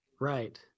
Right